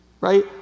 Right